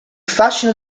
fascino